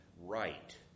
right